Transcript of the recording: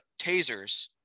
tasers